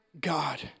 God